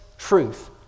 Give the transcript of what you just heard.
Truth